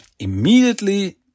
immediately